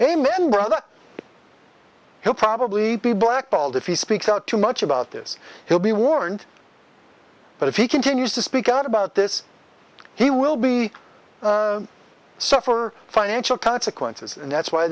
amen brother he'll probably be blackballed if he speaks out too much about this he'll be warned but if he continues to speak out about this he will be suffer financial consequences and that's why